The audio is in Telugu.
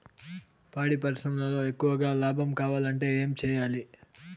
పాడి పరిశ్రమలో ఎక్కువగా లాభం కావాలంటే ఏం చేయాలి?